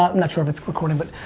not and sure if it's recording, but.